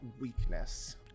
weakness